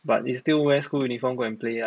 but you still wear school uniform go and play lah